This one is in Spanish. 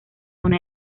una